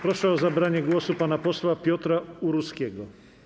Proszę o zabranie głosu pana posła Piotra Uruskiego.